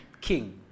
king